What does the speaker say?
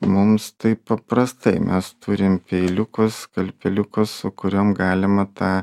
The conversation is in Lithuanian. mums tai paprastai mes turim peiliukus skalpeliukus su kuriom galima tą